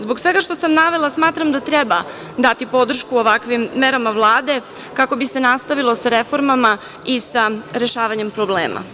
Zbog svega što sam navela, smatram da treba dati podršku ovakvim merama Vlade, kako bi se nastavilo sa reformama i sa rešavanjem problema.